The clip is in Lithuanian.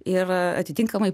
ir atitinkamai